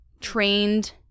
trained